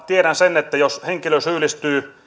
tiedän sen että monta kertaa jos henkilö syyllistyy